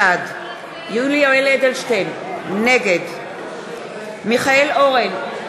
בעד יולי יואל אדלשטיין, נגד מיכאל אורן,